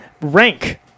Rank